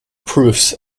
proofs